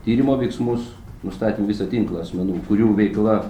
tyrimo veiksmus nustatėm visą tinklą asmenų kurių veikla